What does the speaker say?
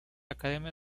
academia